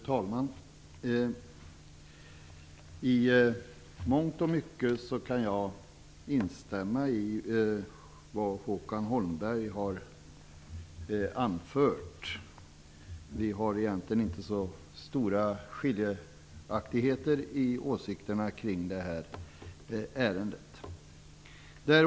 Fru talman! I mångt och mycket kan jag instämma i det Håkan Holmberg har anfört. Vi har egentligen inte så stora skiljaktigheter i åsikterna kring detta ärende.